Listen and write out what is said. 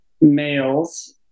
males